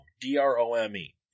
D-R-O-M-E